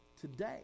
today